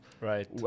Right